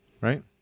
Right